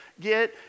get